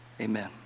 Amen